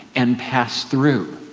and pass through.